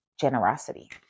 generosity